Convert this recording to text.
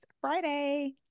friday